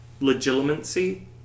legitimacy